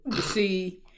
see